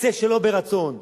יצא שלא ברצון,